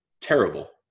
terrible